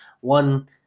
one –